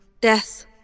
Death